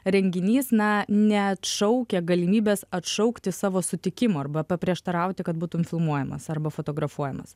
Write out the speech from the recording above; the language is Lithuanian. renginys na neatšaukia galimybės atšaukti savo sutikimą arba paprieštarauti kad būtum filmuojamas arba fotografuojamas